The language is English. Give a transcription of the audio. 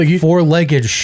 four-legged